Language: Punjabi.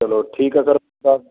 ਚਲੋ ਠੀਕ ਹੈ ਸਰ ਦੱਸ